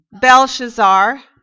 Belshazzar